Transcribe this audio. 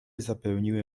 zapełniły